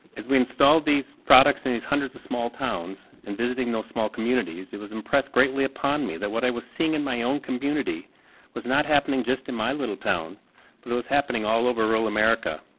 as we installed these products in these hundreds of small towns and visiting those small communities it was impressed greatly upon me that what i was seeing in my own community was not happening just in my little town but was happening all over rural america.